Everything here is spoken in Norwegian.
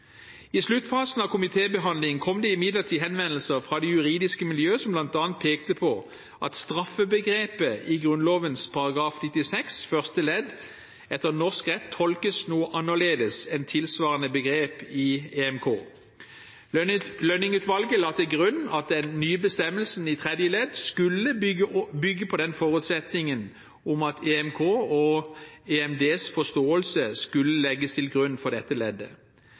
I sluttfasen av komitébehandlingen kom det imidlertid henvendelser fra det juridiske miljøet, som bl.a. pekte på at straffebegrepet i Grunnloven § 96 første ledd etter norsk rett tolkes noe annerledes enn tilsvarende begrep i EMK. Lønning-utvalget la til grunn at den nye bestemmelsen i tredje ledd skulle bygge på den forutsetningen at EMKs og EMDs forståelse skulle legges til grunn for dette leddet.